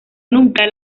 nunca